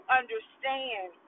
understand